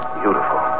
beautiful